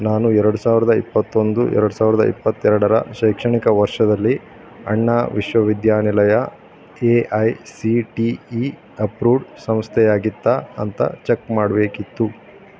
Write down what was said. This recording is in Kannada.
ನಾನು ಎರ್ಡು ಸಾವಿರದ ಇಪ್ಪತ್ತೊಂದು ಎರ್ಡು ಸಾವಿರದ ಇಪ್ಪತ್ತೆರಡರ ಶೈಕ್ಷಣಿಕ ವರ್ಷದಲ್ಲಿ ಅಣ್ಣಾ ವಿಶ್ವವಿದ್ಯಾನಿಲಯ A I C T E approved ಸಂಸ್ಥೆಯಾಗಿತ್ತ ಅಂತ ಚೆಕ್ ಮಾಡಬೇಕಿತ್ತು